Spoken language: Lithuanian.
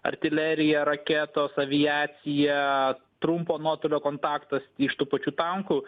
artilerija raketos aviacija trumpo nuotolio kontaktas iš tų pačių tankų